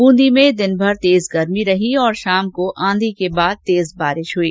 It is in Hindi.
बूंदी में दिनभर तेज गर्मी रही और शाम को आंधी के बाद तेज बारिश हुई